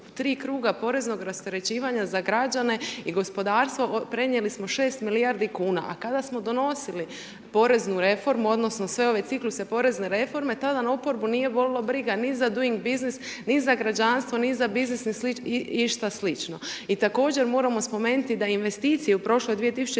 U 3 kruga poreznog rasterećivanja za građane i gospodarstvo, prenijeli smo 6 milijardi kuna. A kada smo donosili poreznu reformu odnosno sve ove cikluse porezne reforme, tada oporbu nije bolilo briga niti za doing business, ni za građanstvo, ni za biznis, ni za išta slično. I također moramo spomenuti da investicije u prošloj 2017.-toj